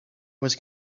was